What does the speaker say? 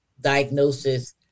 diagnosis